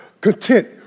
content